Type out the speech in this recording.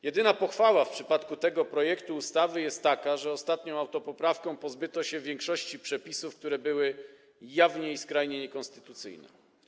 Jedyna pochwała w przypadku tego projektu ustawy jest taka, że ostatnią autopoprawką pozbyto się większości przepisów, które były jawnie i skrajnie niekonstytucyjne.